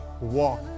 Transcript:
Walk